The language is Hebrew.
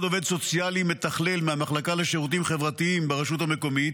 עובד סוציאלי מתכלל מהמחלקה לשירותים חברתיים ברשות המקומית,